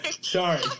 Sorry